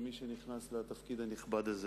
כמי שנכנס לתפקיד הנכבד הזה.